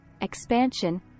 expansion